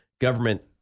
government